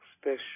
special